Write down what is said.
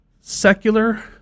secular